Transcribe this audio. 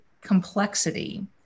complexity